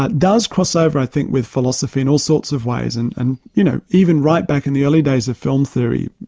but does cross over i think with philosophy in all sorts of ways, and and you know, even right back in the early days of film theory,